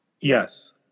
Yes